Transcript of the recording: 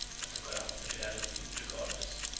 and to corrupt the fidelity of the guards.